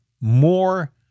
more